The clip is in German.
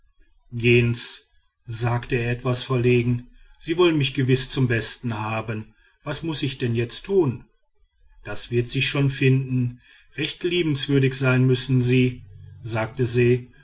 gehen's sagte er etwas verlegen sie wollen mich gewiß zum besten haben was muß ich denn jetzt tun das wird sich schon finden recht liebenswürdig sein müssen sie sagte se